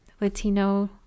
Latino